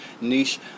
niche